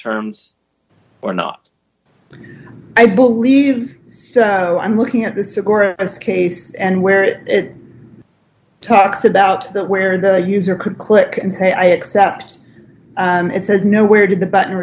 terms or not i believe i'm looking at this case and where it talks about the where the user could click and say i accept and says no where did the button